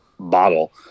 bottle